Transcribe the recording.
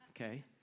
Okay